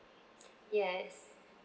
yes